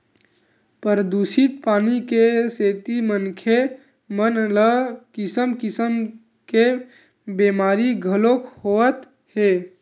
परदूसित पानी के सेती मनखे मन ल किसम किसम के बेमारी घलोक होवत हे